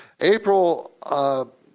April –